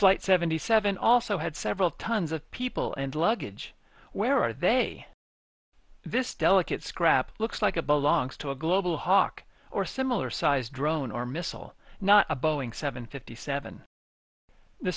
flight seventy seven also had several tons of people and luggage where are they this delicate scrap looks like a belongs to a global hawk or similar size drone or missile not a boeing seven fifty seven the